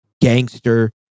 gangster